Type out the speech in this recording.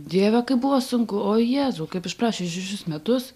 dieve kaip buvo sunku o jėzau kaip išprašė šešis metus